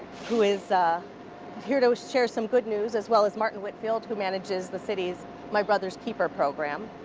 who is here to share some good news, as well as martin whitfield, who manages the city's my brother's keeper program,